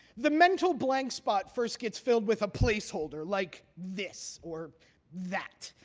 the mental blank spot first gets filled with a placeholder, like this or that,